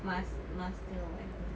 mas~ master or what